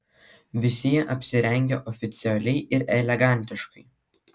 visi jie apsirengę oficialiai ir elegantiškai